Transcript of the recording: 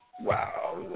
wow